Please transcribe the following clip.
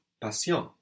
Passion